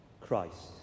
Christ